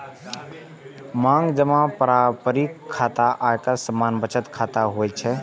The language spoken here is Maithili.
मांग जमा पारंपरिक खाता आ सामान्य बचत खाता होइ छै